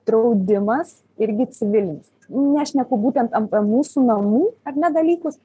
draudimas irgi civilinis nešneku būtent ant mūsų namų ar ne dalykus